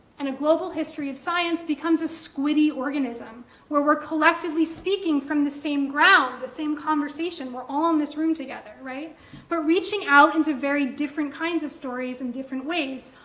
and a global history of science becomes a squiddy organism where we're collectively speaking from the same ground, the same conversation, we're all in this room together. but reaching out into very different kinds of stories in different ways,